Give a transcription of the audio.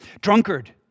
Drunkard